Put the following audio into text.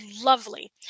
lovely